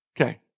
Okay